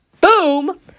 Boom